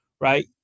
Right